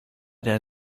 der